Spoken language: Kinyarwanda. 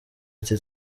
ati